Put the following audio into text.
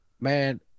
Man